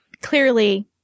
clearly